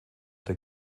der